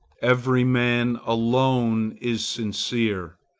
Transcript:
every man alone is sincere.